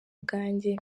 bwanjye